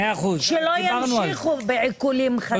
שלא ימשיכו בעיקולים חדשים.